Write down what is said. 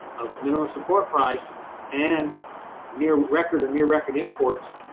of minimum support price and near record and near record imports,